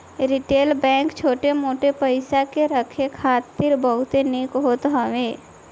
retail bank छोट मोट पईसा के रखे खातिर बहुते निक होत हवे